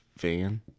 Van